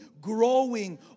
growing